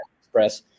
Express